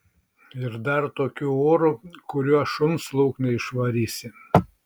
ir dar tokiu oru kuriuo šuns lauk neišvarysi